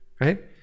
right